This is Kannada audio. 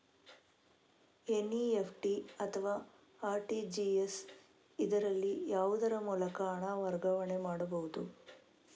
ಎನ್.ಇ.ಎಫ್.ಟಿ ಅಥವಾ ಆರ್.ಟಿ.ಜಿ.ಎಸ್, ಇದರಲ್ಲಿ ಯಾವುದರ ಮೂಲಕ ಹಣ ವರ್ಗಾವಣೆ ಮಾಡಬಹುದು?